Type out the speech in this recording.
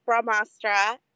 Brahmastra